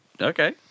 okay